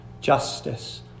justice